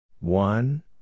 One